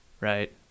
Right